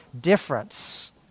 difference